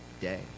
day